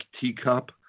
teacup